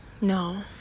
no